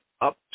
up